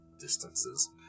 distances